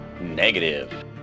negative